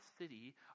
city